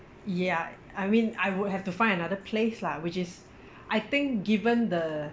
ya I mean I would have to find another place lah which is I think given the